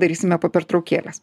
darysime po pertraukėlės